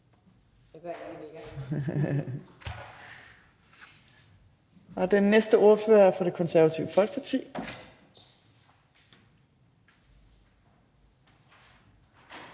Den næste ordfører er fra Det Konservative Folkeparti.